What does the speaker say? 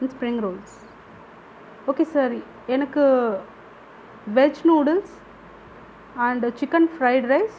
and spring rolls okay sir எனக்கு veg noodles and chicken fried rice